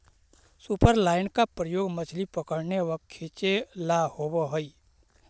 superline का प्रयोग मछली पकड़ने व खींचे ला होव हई